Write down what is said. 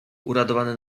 uradowany